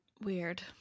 Weird